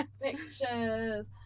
pictures